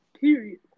Period